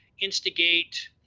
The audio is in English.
instigate